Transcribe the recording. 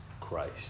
Christ